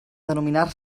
denominar